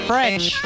French